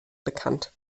bekannt